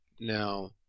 Now